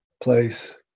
place